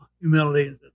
humility